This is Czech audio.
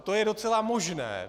To je docela možné.